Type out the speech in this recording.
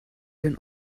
den